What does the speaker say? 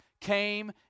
came